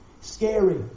scary